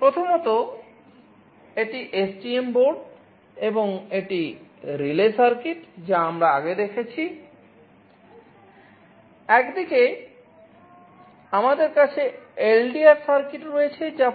প্রথমতঃ এটি STM board এবং এটি রিলে